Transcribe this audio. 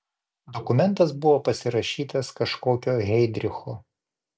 dokumentas buvo pasirašytas kažkokio heidricho